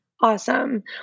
Awesome